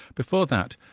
before that,